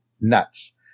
nuts